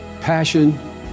Passion